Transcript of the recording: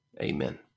amen